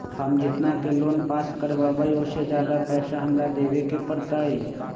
हम जितना के लोन पास कर बाबई ओ से ज्यादा पैसा हमरा देवे के पड़तई?